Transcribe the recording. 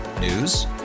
News